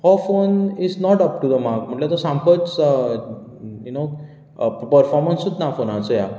हो phone is not up to the mark म्हणजे तो सामकोच यु नो पर्फोमंसूच ना फोनाचे ह्या